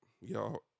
y'all